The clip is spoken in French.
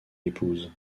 épouse